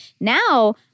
Now